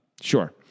Sure